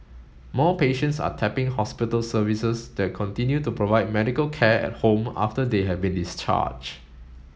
more patients are tapping hospital services that continue to provide medical care at home after they have been discharged